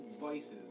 vices